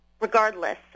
regardless